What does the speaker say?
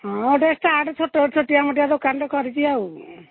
ହଁ ଡ୍ରେସ୍ଟା ଆଠୁ ଛୋଟ ଛୋଟିଆ ମୋଟିଆ ଦୋକାନରେ କରିଛି ଆଉ